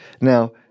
Now